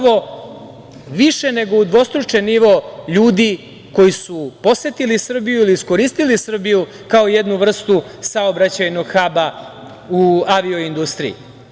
Više nego udvostručen nivo ljudi koji su posetili Srbiju ili iskoristili Srbiju kao jednu vrstu saobraćajnog haba u avio-industriji.